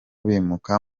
bimuka